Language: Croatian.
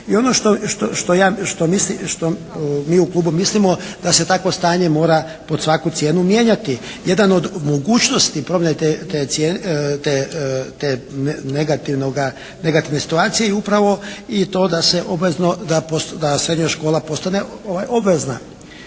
I ono što mi u klubu mislimo da se takvo stanje mora pod svaku cijenu mijenjati. Jedan od mogućnosti promjene te negativne situacije je upravo i to da se obavezno,